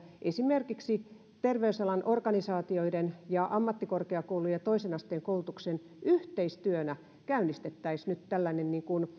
esimerkiksi terveysalan organisaatioiden ja ammattikorkeakoulujen ja toisen asteen koulutuksen yhteistyönä käynnistettäisiin nyt jo tällainen